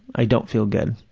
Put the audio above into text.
i don't feel good.